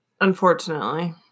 Unfortunately